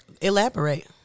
elaborate